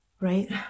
right